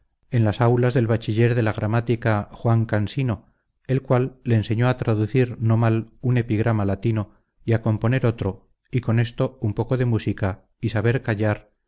en las aulas del bachiller de la gramática juan cansino el cual le enseñó a traducir no mal un epigrama latino y a componer otro y con esto un poco de música y saber callar